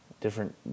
different